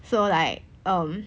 so like um